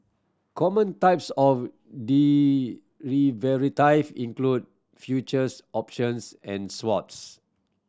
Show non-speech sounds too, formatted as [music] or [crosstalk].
common types of [unintelligible] include futures options and swaps